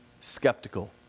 skeptical